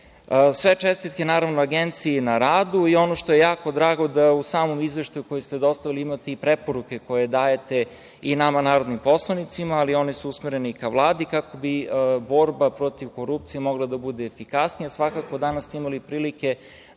SAD.Sve čestitke Agenciji na radu i ono što je jako drago, jeste da u samom izveštaju koji ste dostavili imate i preporuke koje dajete i nama narodnim poslanicima ali one su usmerene i ka Vladi, kako bi borba protiv korupcije mogla da bude efikasnija. Svakako, danas ste imali prilike